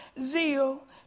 zeal